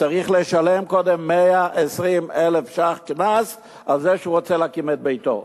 צריך לשלם קודם 120,000 שקלים קנס על זה שהוא רוצה להקים את ביתו.